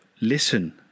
Listen